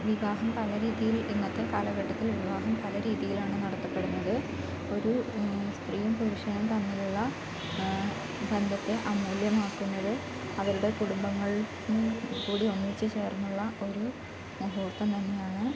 വിവാഹം പല രീതിയിൽ ഇന്നത്തെ കാലഘട്ടത്തിൽ വിവാഹം പല രീതിയിലാണ് നടത്തപ്പെടുന്നത് ഒരു സ്ത്രീയും പുരുഷനും തമ്മിലുള്ള ബന്ധത്തെ അമൂല്യമാക്കുന്നത് അവരുടെ കുടുംബങ്ങൾക്കും കൂടി ഒന്നിച്ച് ചേർന്നുള്ള ഒരു മുഹൂർത്തം തന്നെയാണ്